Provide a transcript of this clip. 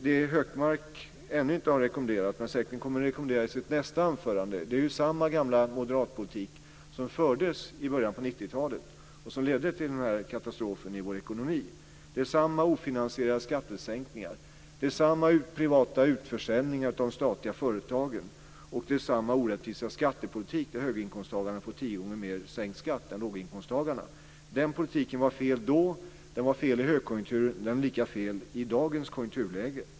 Det som Hökmark ännu inte har rekommenderat men säkerligen kommer att rekommendera i sitt nästa anförande är samma gamla moderatpolitik som fördes i början på 90-talet och som ledde till katastrofen i vår ekonomi. Det är samma ofinansierade skattesänkningar, samma privata utförsäljningar av de statliga företagen och samma orättvisa skattepolitik, där höginkomsttagarna får tio gånger mer i skattesänkning än låginkomsttagarna. Den politiken var felaktig då, den var felaktig i högkonjunkturen och den är lika felaktig i dagens konjunkturläge.